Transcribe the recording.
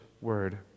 word